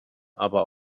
aber